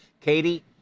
Katie